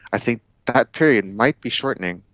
i think that period might be shortening,